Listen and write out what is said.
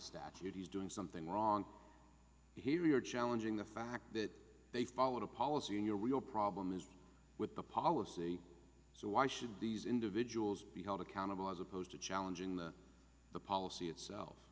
statute he's doing something wrong here you're challenging the fact that they followed a policy in your real problem is with the policy so why should these individuals be held accountable as opposed to challenging the policy itself